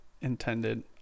intended